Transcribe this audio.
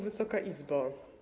Wysoka Izbo!